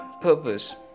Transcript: purpose